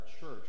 church